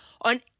on